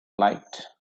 light